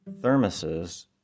thermoses